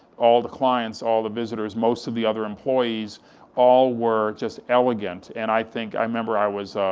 all the clients, all the visitors, most of the other employees all were just elegant, and i think, i remember i was,